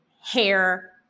hair